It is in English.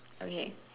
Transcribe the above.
okay